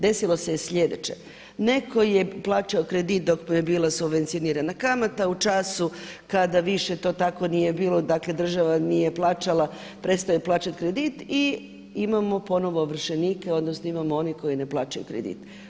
Desilo se je sljedeće, netko je plaćao kredit dok mu je bila subvencionirana kamata, u času kada više to tako nije bilo, dakle država nije plaćala, prestao je plaćati kredit i imamo ponovno ovršenike, odnosno imamo one koji ne plaćaju kredit.